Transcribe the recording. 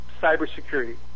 cybersecurity